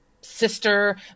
sister